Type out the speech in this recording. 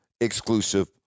exclusive